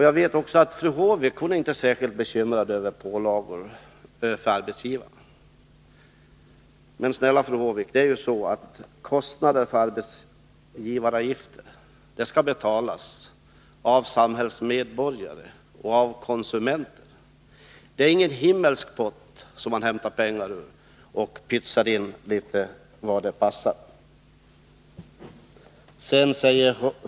Jag vet att fru Håvik inte är särskilt bekymrad över pålagor på arbetsgivarna. Men, snälla fru Håvik, kostnaderna för arbetsgivaravgifterna skall betalas av samhällsmedborgare och konsumenter. Det finns ingen himmelsk pott att hämta pengar ur och pytsa ut litet var det passar.